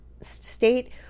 state